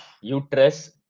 uterus